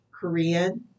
Korean